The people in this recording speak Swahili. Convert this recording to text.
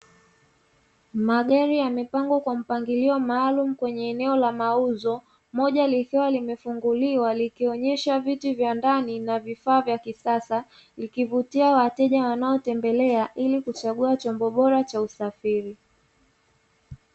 Magari yamepangwa kwa mpangilio maalumu kwenye eneo la mauzo, moja likiwa kimefunguliwa likionyesha viti vya ndani na vifaa vya kisasa ikivutia wateja wanaotembelea ili kuchagua chombo bora cha usafiri.